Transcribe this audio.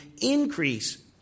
increase